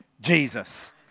Jesus